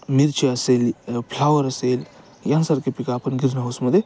मिरची असेल फ्लावर असेल यासारखे पिकं आपण ग्रीन हाऊसमध्ये